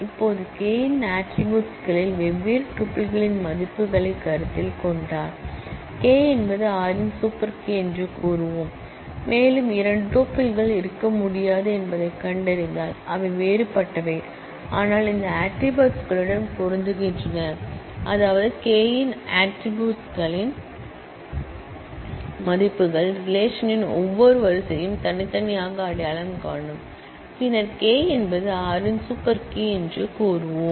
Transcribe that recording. இப்போது K இன் ஆட்ரிபூட்ஸ் களில் வெவ்வேறு டுபில்களின் மதிப்புகளைக் கருத்தில் கொண்டால் K என்பது R இன் சூப்பர் கீ என்று கூறுவோம் மேலும் இரண்டு டூப்பிள்கள் இருக்க முடியாது என்பதைக் கண்டறிந்தால் அவை வேறுபட்டவை ஆனால் இந்த ஆட்ரிபூட்ஸ்களுடன் பொருந்துகின்றன அதாவது K இன் ஆட்ரிபூட்ஸ்களின் மதிப்புகள் ரிலேஷன்ன் ஒவ்வொரு வரிசையையும் தனித்தனியாக அடையாளம் காணும் பின்னர் K என்பது R இன் சூப்பர் கீ என்று கூறுவோம்